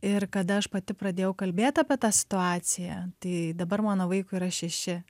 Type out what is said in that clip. ir kada aš pati pradėjau kalbėt apie tą situaciją tai dabar mano vaikui yra šeši